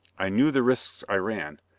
i knew the risks i ran,